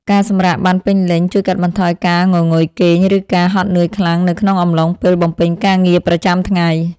ការសម្រាកបានពេញលេញជួយកាត់បន្ថយការងងុយគេង ឬការហត់នឿយខ្លាំងនៅក្នុងអំឡុងពេលបំពេញការងារប្រចាំថ្ងៃ។